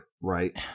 right